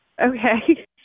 Okay